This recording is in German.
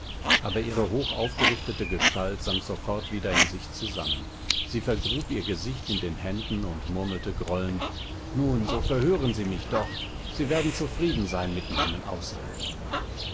aber ihre hochaufgerichtete gestalt sank sofort wieder in sich zusammen sie vergrub ihr gesicht in den händen und murmelte grollend nun so verhören sie mich doch sie werden zufrieden sein mit meinen aussagen